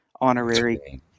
Honorary